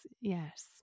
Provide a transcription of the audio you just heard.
Yes